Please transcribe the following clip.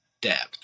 depth